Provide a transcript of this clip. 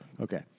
Okay